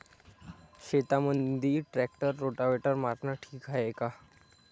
शेतामंदी tractor rotavator मारनं ठीक हाये का?